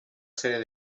serie